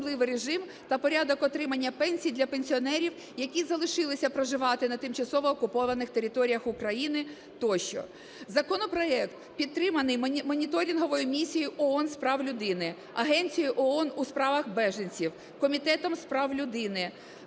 та порядок отримання пенсій для пенсіонерів, які залишилися проживати на тимчасово окупованих територіях України тощо. Законопроект підтриманий Моніторинговою місією ООН з прав людини, Агенцією ООН у справах біженців, Комітетом з прав людини.